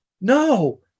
no